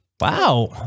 Wow